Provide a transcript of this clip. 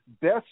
best